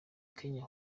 kenya